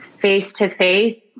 face-to-face